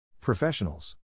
Professionals